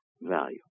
value